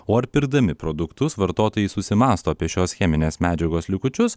o ar pirkdami produktus vartotojai susimąsto apie šios cheminės medžiagos likučius